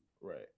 right